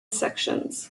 sections